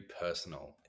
personal